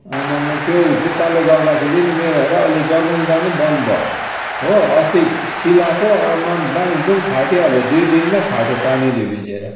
आमाम्मा त्यो जुत्ताले गर्दा फेरि नि मेरो हेर मेरो नि अहिले जगिङ जानु बन्द भयो हो अस्ति सिलाएको आमाम् ड्याङडुङ फाटिहाल्यो दुई दिनमै फाट्यो पानीले भिजेर